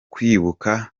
kwibuka